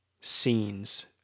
scenes